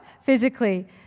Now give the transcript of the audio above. Physically